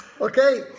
Okay